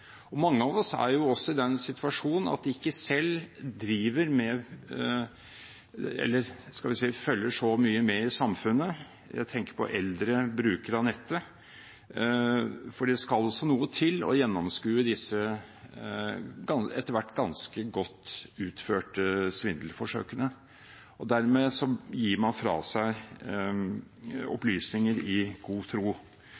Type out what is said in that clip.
Mange av oss er også i den situasjon at man selv ikke følger så mye med i samfunnet – jeg tenker på eldre brukere av nettet – og det skal noe til å gjennomskue disse etter hvert ganske godt utførte svindelforsøkene. Dermed gir man fra seg